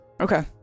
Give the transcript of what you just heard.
Okay